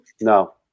No